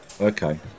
Okay